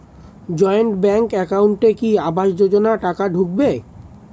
Joint bank একাউন্টে কি আবাস যোজনা টাকা ঢুকবে?